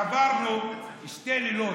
עברנו שני לילות,